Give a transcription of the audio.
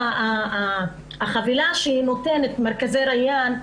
אתייחס לחבילה שנותנים מרכזי ריאן ו"המעגלים",